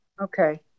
Okay